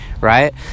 right